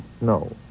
No